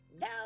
No